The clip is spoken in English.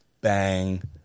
Bang